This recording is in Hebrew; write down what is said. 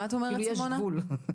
יש גבול.